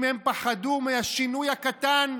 אם הם פחדו מהשינוי הקטן,